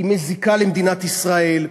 היא מזיקה למדינת ישראל,